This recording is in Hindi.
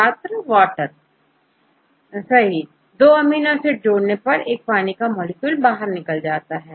छात्र वाटर सही 2 अमीनो एसिड जोड़ने पर एक पानी क मॉलिक्यूल बाहर निकलता है